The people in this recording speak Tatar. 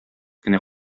кенә